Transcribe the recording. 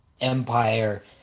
empire